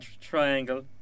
triangle